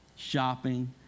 Shopping